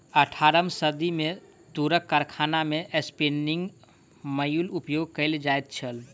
अट्ठारम सदी मे तूरक कारखाना मे स्पिन्निंग म्यूल उपयोग कयल जाइत छल